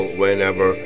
whenever